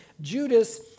Judas